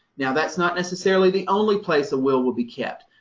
now that's not necessarily the only place a will will be kept.